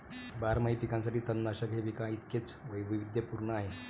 बारमाही पिकांसाठी तणनाशक हे पिकांइतकेच वैविध्यपूर्ण आहे